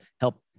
help